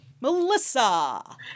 Melissa